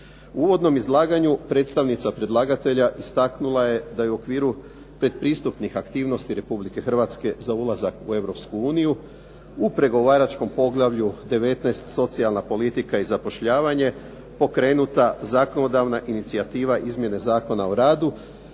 U uvodnom izlaganju predstavnica predlagatelja istaknula je da je u pretpristupnih aktivnosti Republike Hrvatske za ulazak u Europsku uniju u pregovaračkom poglavlju 19. – Socijalna politika i zapošljavanje, pokrenuta zakonodavna inicijativa izmjene Zakona o radu,